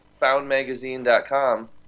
foundmagazine.com